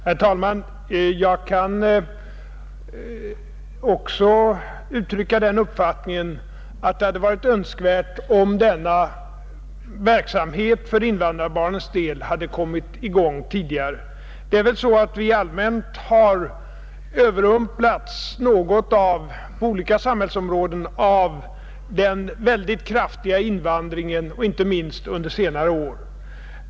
Herr talman! Jag kan också uttrycka den uppfattningen att det hade varit önskvärt om denna verksamhet för invandrarbarnens del hade kommit i gång tidigare. Det är väl så att vi allmänt på olika samhällsområden har överrumplats något av den väldigt kraftiga invandringen, inte minst under senare år.